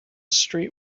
street